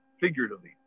figuratively